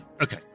okay